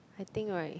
I think [right]